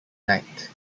night